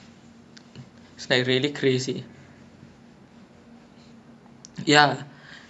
!wah! like when you see them on T_V looks like they doing nothing right they just jump over stuff like they run only